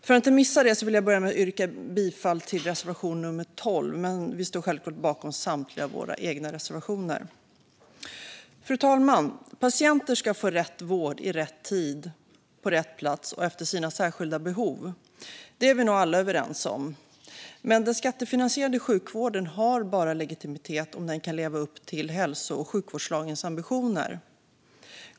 För att inte missa det vill jag börja med att yrka bifall till reservation nr 12, men vi står självklart bakom samtliga av våra egna reservationer. Fru talman! Patienter ska få rätt vård i rätt tid på rätt plats och efter sina särskilda behov; det är vi nog alla överens om. Men den skattefinansierade sjukvården har bara legitimitet om den kan leva upp till hälso och sjukvårdslagens ambitioner.